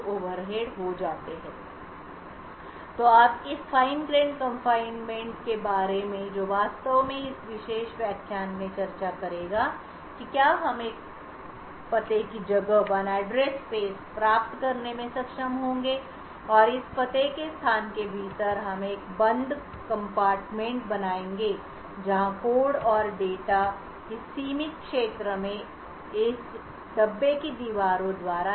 तो अब इस बारीक दाने वाले कारावास फाइन ग्रैंड कन्फाइनमेंट के बारे में जो वास्तव में इस विशेष व्याख्यान में चर्चा करेगा कि क्या हम एक पते की जगह प्राप्त करने में सक्षम होंगे और इस पते के स्थान के भीतर हम एक बंद कम्पार्टमेंट बनाएंगे जहां कोड और डेटा को इस सीमित क्षेत्र में इस डिब्बे की दीवारों द्वारा